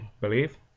believe